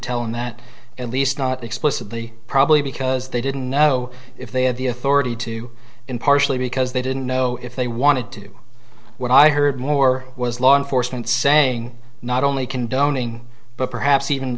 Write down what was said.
tell him that at least not explicitly probably because they didn't know if they had the authority to him partially because they didn't know if they wanted to do what i heard more was law enforcement saying not only condoning but perhaps even